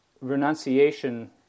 Renunciation